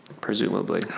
presumably